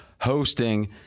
hosting